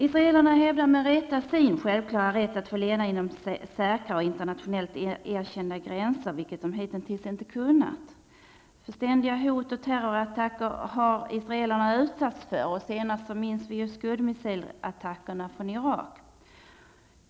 Israelerna hävdar, med rätta, sin självklara rätt att få leva inom säkra och internationellt erkända gränser, vilket de hitintills inte har kunnat göra. Ständiga hot och terrorattacker har israelerna utsatts för. Senast var det, som vi minns, Scudmissilattackerna från Iraks sida.